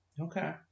Okay